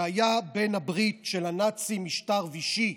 שהיה בעל הברית של הנאצים משטר וישי.